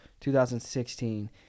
2016